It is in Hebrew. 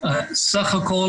קודם כול,